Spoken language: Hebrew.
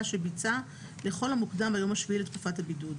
שביצע לכל המוקדם ביום השביעי לתקופת הבידוד,